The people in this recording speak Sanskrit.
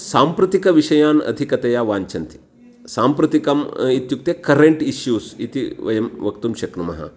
साम्प्रतिकविषयान् अधिकतया वाञ्छन्ति साम्प्रतिकम् इत्युक्ते करेण्ट् इश्यूस् इति वयं वक्तुं शक्नुमः